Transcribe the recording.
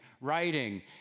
writing